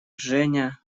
женя